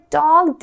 dog